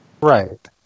Right